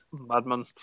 Madman